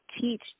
teach